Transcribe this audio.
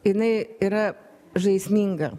jinai yra žaisminga